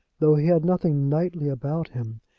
though he had nothing knightly about him,